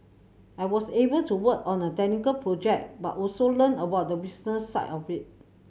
I was able to work on a technical project but also learn about the business side of it